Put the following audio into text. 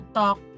talk